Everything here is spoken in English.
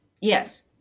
Yes